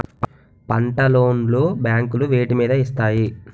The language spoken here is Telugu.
పంట లోన్ లు బ్యాంకులు వేటి మీద ఇస్తాయి?